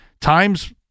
Times